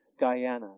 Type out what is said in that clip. Guyana